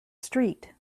street